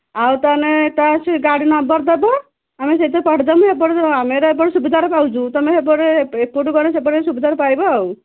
ଆଉ ତାନେ ଏଟା ଅଛି ଗାଡ଼ି ନମ୍ବର ଦେବ ଆମେ ସେଇଥିରେ ପଠାଇଦେମୁ ଏପଟେ ତ ଆମେ ତ ଏପଟେ ସୁବିଧାରେ ପାଉଛୁ ତମେ ହେପଟେରେ ଏପଟୁ ଗନେ ସେପଟରେ ସୁବିଧାରେ ପାଇବ ଆଉ